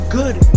good